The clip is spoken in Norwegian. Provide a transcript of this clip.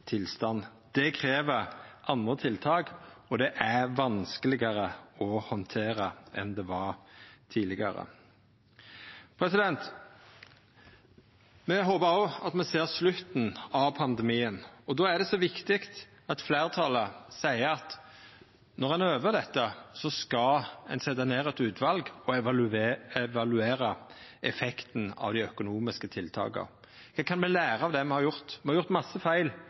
tilstand. Det krev andre tiltak, og det er vanskelegare å handtera enn det var tidlegare. Me håpar også at me ser slutten av pandemien, og då er det viktig at fleirtalet seier at når ein er over dette, skal ein setja ned eit utval og evaluera effekten av dei økonomiske tiltaka. Me kan læra av det me har gjort. Me har gjort mange feil,